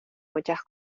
muchas